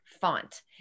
font